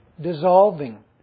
dissolving